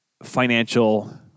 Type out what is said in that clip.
financial